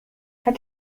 how